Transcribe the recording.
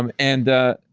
um and,